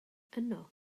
yno